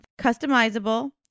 Customizable